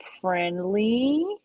Friendly